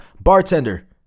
Bartender